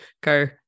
go